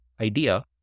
idea